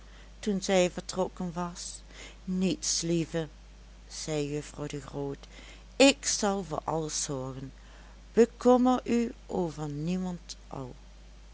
toen zij vertrokken was niets lieve zei juffrouw de groot ik zal voor alles zorgen bekommer u over niemendal men